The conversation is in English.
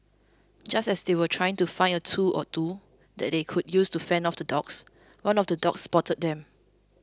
just as they were trying to find a tool or two that they could use to fend off the dogs one of the dogs spotted them